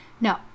no